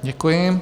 Děkuji.